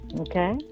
Okay